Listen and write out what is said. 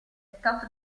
top